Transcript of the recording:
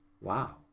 Wow